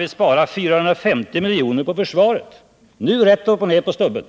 t.ex. spara in 450 milj.kr. på försvaret — direkt ”på stubben”.